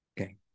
Okay